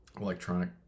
electronic